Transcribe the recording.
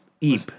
Eep